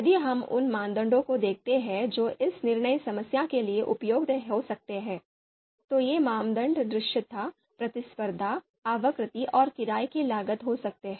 यदि हम उन मानदंडों को देखते हैं जो इस निर्णय समस्या के लिए उपयोगी हो सकते हैं तो ये मानदंड दृश्यता प्रतिस्पर्धा आवृत्ति और किराये की लागत हो सकते हैं